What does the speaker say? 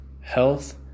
health